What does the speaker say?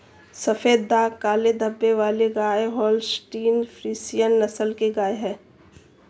सफेद दाग काले धब्बे वाली गाय होल्सटीन फ्रिसियन नस्ल की गाय हैं